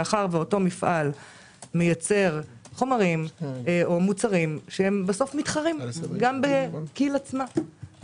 מאחר שאותו מפעל מייצר חומרים או מוצרים שהם בסוף מתחרים גם בכי"ל עצמה.